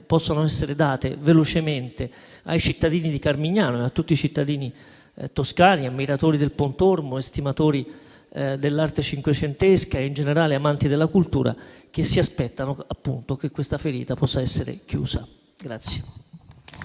possano essere date velocemente ai cittadini di Carmignano e a tutti i cittadini toscani, ammiratori del Pontormo, estimatori dell'arte cinquecentesca e, in generale, amanti della cultura, che si aspettano che questa ferita possa essere chiusa.